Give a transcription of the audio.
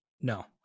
No